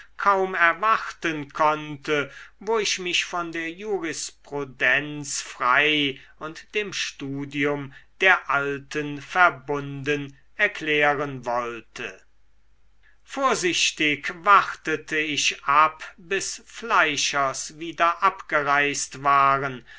kaum erwarten konnte wo ich mich von der jurisprudenz frei und dem studium der alten verbunden erklären wollte vorsichtig wartete ich ab bis fleischers wieder abgereist waren